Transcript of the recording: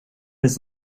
his